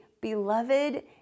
beloved